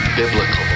biblical